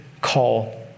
call